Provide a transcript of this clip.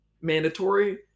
mandatory